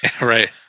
Right